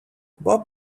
bob